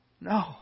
No